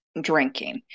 drinking